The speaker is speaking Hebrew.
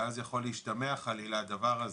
ואז יכול להשתמע חלילה הדבר הזה.